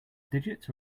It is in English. digits